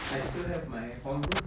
I still have my hall room